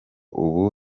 ubu